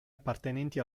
appartenenti